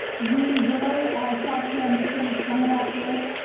we will, i talked to mr. lee-sung about this,